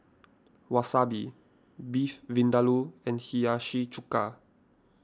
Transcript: Wasabi Beef Vindaloo and Hiyashi Chuka